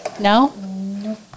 no